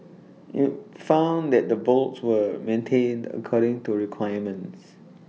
IT found that the bolts were maintained according to requirements